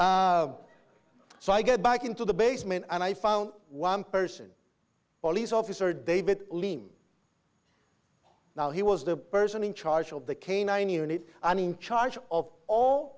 so i got back into the basement and i found one person police officer david lean now he was the person in charge of the canine unit and in charge of all